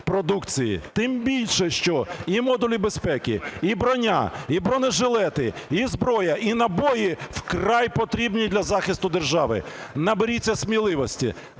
Тим більше, що і модулі безпеки, і броня, і бронежилети, і зброя, і набої вкрай потрібні для захисту держави. Наберіться сміливості,